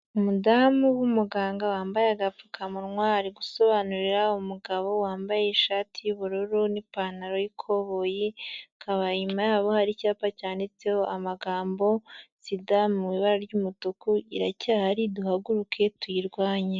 Umudamu w'umuganga wambaye agapfukamunwa, ari gusobanurira umugabo wambaye ishati y'ubururu n'ipantaro y'ikoboyi, hakaba inyuma yabo hari icyapa cyanditseho amagambo SIDA mu ibara ry'umutuku, iracyahari duhaguruke tuyirwanye.